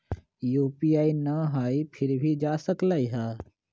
UPI न हई फिर भी जा सकलई ह?